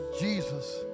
Jesus